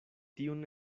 tiun